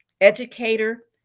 educator